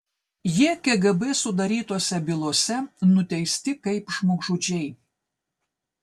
jie kgb sudarytose bylose nuteisti kaip žmogžudžiai